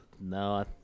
No